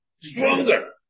stronger